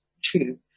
true